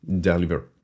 deliver